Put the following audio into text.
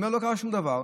ואומר: לא קרה שום דבר,